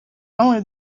only